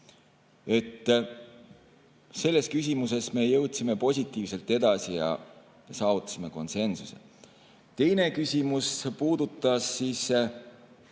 Selles küsimuses me jõudsime positiivselt edasi ja saavutasime konsensuse. Teine küsimus puudutas Kaitseväe